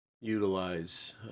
utilize